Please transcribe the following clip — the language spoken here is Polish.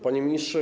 Panie Ministrze!